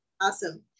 Awesome